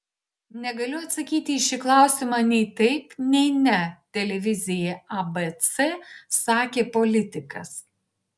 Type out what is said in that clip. negaliu atsakyti į šį klausimą nei taip nei ne televizijai abc sakė politikas